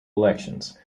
elections